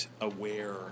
aware